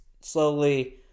slowly